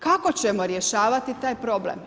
Kako ćemo rješavati taj problem?